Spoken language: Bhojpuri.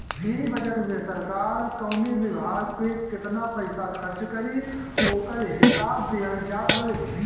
इ बजट में सरकार कवनी विभाग पे केतना पईसा खर्च करी ओकर हिसाब दिहल जात हवे